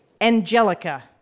Angelica